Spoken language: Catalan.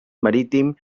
marítim